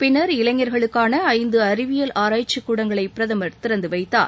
பின்னர் இளைஞர்களுக்கான ஐந்து அறிவியல் ஆராய்ச்சிக் கூடங்களை பிரதமர் திறந்து வைத்தார்